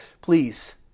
Please